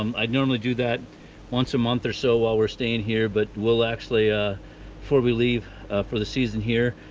um i'd normally do that once a month or so while we're staying here, but we'll actually, ah before we leave for the season here,